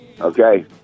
Okay